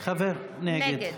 נגד